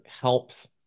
helps